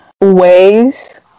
ways